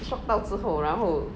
shock 到之后然后